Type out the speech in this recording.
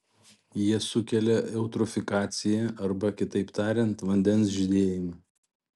jie sukelia eutrofikaciją arba kitaip tariant vandens žydėjimą